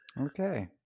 Okay